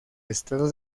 estado